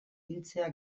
hiltzea